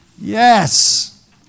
Yes